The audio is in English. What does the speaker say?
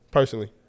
Personally